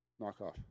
Knockoff